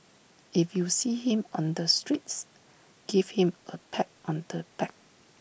if you see him on the streets give him A pat on the back